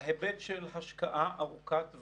היא שדובר צה"ל היה אחראי על דברור הפעולה